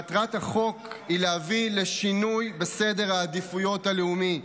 מטרת החוק היא להביא לשינוי בסדר העדיפויות הלאומי,